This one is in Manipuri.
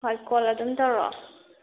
ꯍꯣꯏ ꯀꯣꯜ ꯑꯗꯨꯝ ꯇꯧꯔꯛꯑꯣ